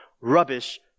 rubbish